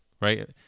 right